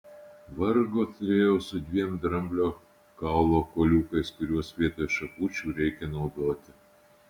vargo turėjau su dviem dramblio kaulo kuoliukais kuriuos vietoj šakučių reikia naudoti